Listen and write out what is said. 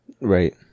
right